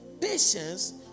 patience